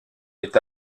est